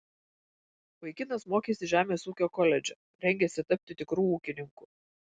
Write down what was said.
vaikinas mokėsi žemės ūkio koledže rengėsi tapti tikru ūkininku